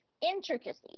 intricacy